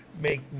make